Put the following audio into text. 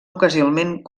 ocasionalment